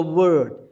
word